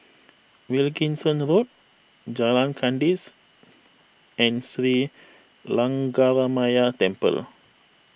Wilkinson Road Jalan Kandis and Sri Lankaramaya Temple